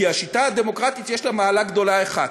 כי השיטה הדמוקרטית יש לה מעלה גדולה אחת: